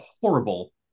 horrible